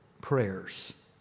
prayers